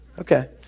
Okay